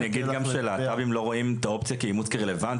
אני אגיד גם שלהט"בים לא רואים את אופציית האימוץ כרלוונטית,